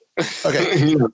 Okay